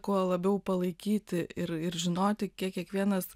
kuo labiau palaikyti ir ir žinoti kiek kiekvienas